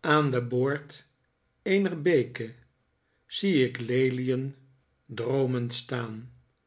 aan den boord eener beeke zie ik lelien droomend staan